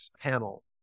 panel